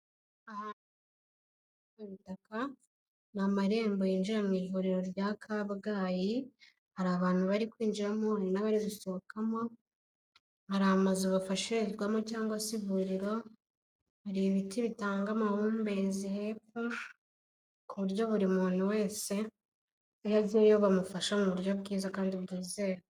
Ubutaka ni amarembo y'injira mu ivuriro rya Kabgayi, hari abantu bari kwinjiramo, hari n'abari gusohokamo, hari amazu bafashirizwamo cyangwa se ivuriro ,hari ibiti bitanga amabumbezi hepfo, ku buryo buri muntu wese, ugezeyo bamufasha mu buryo bwiza kandi bwizewe.